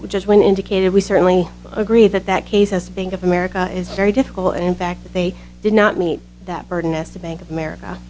which is when indicated we certainly agree that that case has bank of america is very difficult and in fact they did not meet that burden as to bank of america